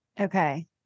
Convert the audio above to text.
Okay